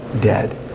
dead